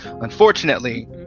unfortunately